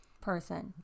person